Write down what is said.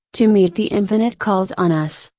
to meet the infinite calls on us,